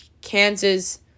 Kansas